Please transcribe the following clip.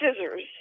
scissors